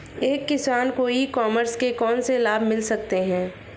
एक किसान को ई कॉमर्स के कौनसे लाभ मिल सकते हैं?